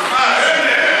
למה, ?